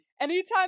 Anytime